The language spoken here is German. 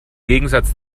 gegensatz